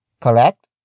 correct